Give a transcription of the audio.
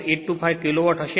825 kilowatt હશે